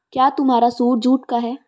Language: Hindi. क्या तुम्हारा सूट जूट का है?